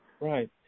Right